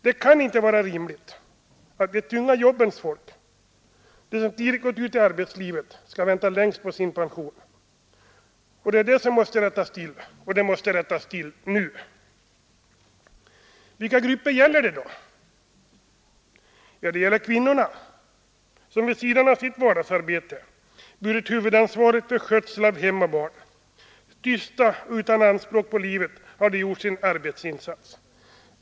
Det kan inte vara rimligt att de tunga jobbens folk, de människor som tidigt gått ut i arbetslivet, skall vänta längst på sin pension. Det måste rättas till och rättas till nu. Vilka grupper gäller det då? Det gäller kvinnorna, som vid sidan av sitt vardagsarbete burit huvudansvaret för skötsel av hem och barn. Tysta och utan anspråk på livet har de gjort sin arbetsinsats.